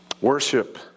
Worship